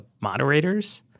moderators